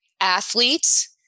athletes